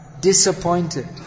disappointed